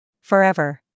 Forever